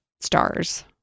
stars